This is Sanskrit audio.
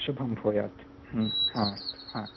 शुभं भूयात् हा हा